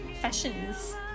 fashions